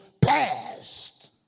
past